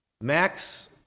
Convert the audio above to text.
Max